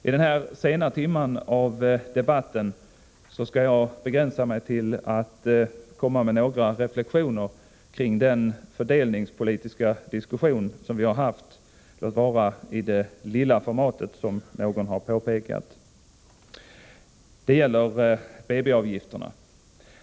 I denna sena timme av debatten skall jag begränsa mig till några reflexioner kring den fördelningspolitiska diskussion som har förts — låt vara ”i det lilla formatet”, som någon påpekade. Diskussionen gäller BB-avgifterna.